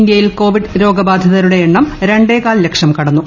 ഇന്ത്യയിൽ കോവിഡ് രോഗബാധിതരുടെ എണ്ണം രണ്ടേകാൽ ലക്ഷം കടന്നു